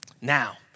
Now